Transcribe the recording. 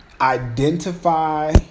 identify